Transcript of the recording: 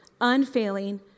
unfailing